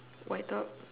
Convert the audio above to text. white top